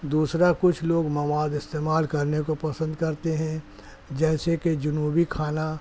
دوسرا کچھ لوگ مواد استعمال کرنے کو پسند کرتے ہیں جیسے کہ جنوبی کھانا